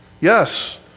Yes